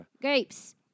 Grapes